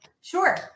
Sure